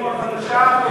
הוא הביא רוח חדשה.